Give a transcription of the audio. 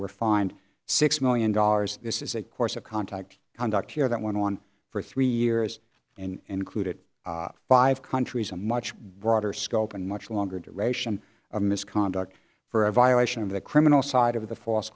were fined six million dollars this is a course of contact conduct here that went on for three years and created five countries a much broader scope and much longer duration of misconduct for a violation of the criminal side of the false